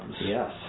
Yes